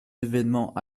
événement